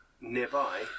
Nearby